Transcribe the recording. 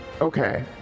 Okay